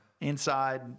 inside